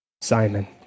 Simon